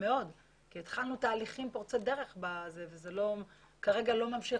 כי התחלנו תהליכים פורצי דרך וכרגע זה לא ממשיך